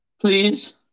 please